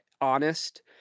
honest